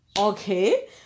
okay